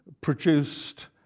produced